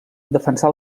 defensà